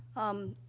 um,